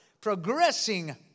progressing